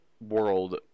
world